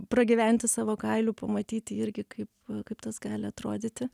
pragyventi savo kailiu pamatyti irgi kaip kaip tas gali atrodyti